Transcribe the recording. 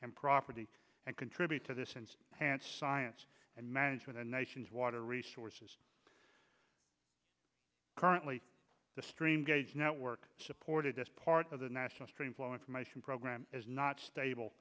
and property and contribute to this in hand science and management a nation's water resources currently the stream gauge network supported as part of the national stream flow information program is not stable